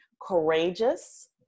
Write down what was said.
courageous